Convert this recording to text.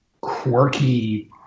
quirky